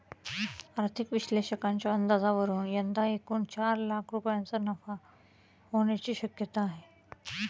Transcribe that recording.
आर्थिक विश्लेषकांच्या अंदाजावरून यंदा एकूण चार लाख रुपयांचा नफा होण्याची शक्यता आहे